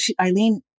Eileen